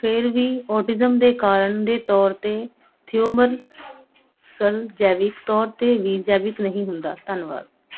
ਫਿਰ ਵੀ ਔਟਿਜ਼ਮ ਦੇ ਕਾਰਨ ਦੇ ਤੌਰ 'ਤੇ ਥਿਓਮਰ ਸਲ ਜੈਵਿਕ ਤੌਰ 'ਤੇ ਵੀ ਜੈਵਿਕ ਨਹੀਂ ਹੁੰਦਾ ਧੰਨਵਾਦ